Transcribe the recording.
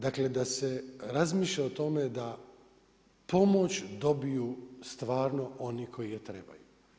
Dakle da se razmišlja o tome da pomoć dobiju stvarno oni koji ju trebaju.